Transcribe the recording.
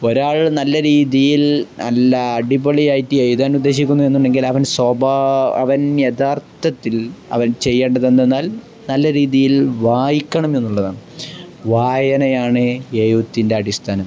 ഒരാൾ നല്ല രീതിയിൽ നല്ല അടിപൊളിയായിട്ട് എഴുതാനുദ്ദേശിക്കുന്നു എന്നുണ്ടെങ്കിൽ അവൻ അവൻ യഥാർത്ഥത്തിൽ അവൻ ചെയ്യേണ്ടതെന്തെന്നാൽ നല്ല രീതിയിൽ വായിക്കണം എന്നുള്ളതാണ് വായനയാണ് എഴുത്തിൻ്റെ അടിസ്ഥാനം